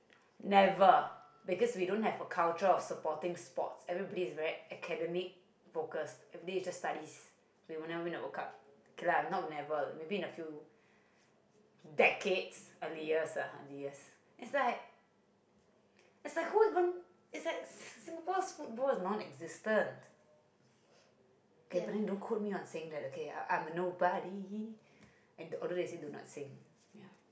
ya